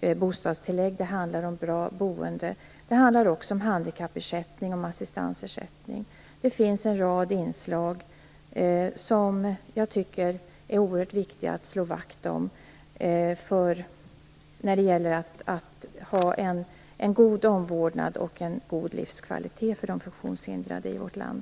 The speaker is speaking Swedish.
och bostadstillägg och om ett bra boende, men det handlar också om handikappersättning och assistansersättning. Det finns en rad inslag som jag tycker att det är oerhört viktigt att slå vakt om när det gäller att ha en god omvårdnad och en god livskvalitet för de funktionshindrade i vårt land.